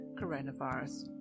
coronavirus